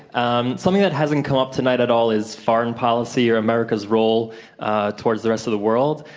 um something that hasn't come up tonight at all is foreign policy or america's role towards the rest of the world.